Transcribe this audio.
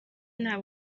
nta